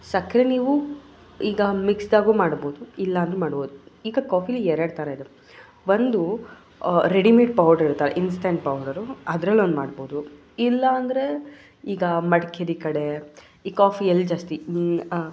ಸಕ್ಕರೆ ನೀವು ಈಗ ಮಿಕ್ಸೆಡಾಗೂ ಮಾಡ್ಬೋದು ಇಲ್ಲಾಂದರೂ ಮಾಡ್ಬೋದು ಈಗ ಕಾಫೀಲಿ ಎರಡು ಥರ ಇದೆ ಒಂದು ರೆಡಿಮೇಡ್ ಪೌಡರ್ ಇರ್ತದೆ ಇನ್ಸ್ಸ್ಟಂಟ್ ಪೌಡರು ಅದ್ರಲ್ಲೊಂದು ಮಾಡ್ಬೋದು ಇಲ್ಲಾಂದರೆ ಈಗ ಮಡಿಕೇರಿ ಕಡೆ ಈ ಕಾಫಿ ಎಲ್ಲಿ ಜಾಸ್ತಿ ಈ